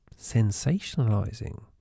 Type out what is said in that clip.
sensationalizing